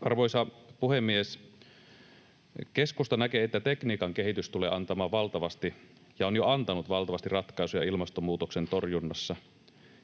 Arvoisa puhemies! Keskusta näkee, että tekniikan kehitys tulee antamaan valtavasti ja on jo antanut valtavasti ratkaisuja ilmastonmuutoksen torjuntaan.